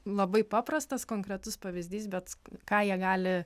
labai paprastas konkretus pavyzdys bet ką jie gali